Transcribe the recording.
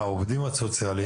לעובדים הסוציאליים,